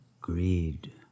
greed